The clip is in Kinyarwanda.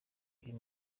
uyu